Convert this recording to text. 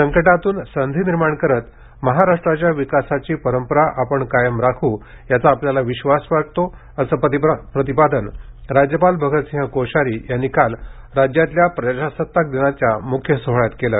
संकटातून संधी निर्माण करत महाराष्ट्राच्या विकासाची परंपरा आपण कायम राखु याचा मला विश्वास वाटतो असं प्रतिपादन राज्यपाल अगत सिंह कोश्यारी यांनी काल राज्यातल्या प्रजासताकदिनाच्या म्ख्य सोहळ्यात केलं